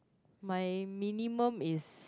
my minimum is